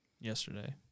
yesterday